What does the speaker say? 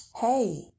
Hey